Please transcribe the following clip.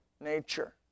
nature